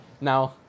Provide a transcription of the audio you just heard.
Now